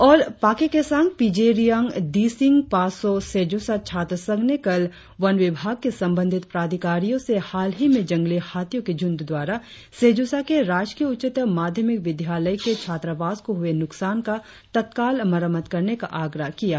all Pakke Kessang Pijeriang Dissing Passo Seijosa छात्र संघ ने कल वन विभाग के संबंधित प्राधिकारियों से हालही में जंगली हाथियों के झुंड द्वारा सेजोसा के राजकीय उच्चतर माध्यमिक विद्यालय के छात्रावास को हुए नुकसान का तत्काल मरम्मत करने का आग्रह किया गया